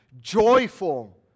Joyful